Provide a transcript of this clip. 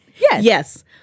Yes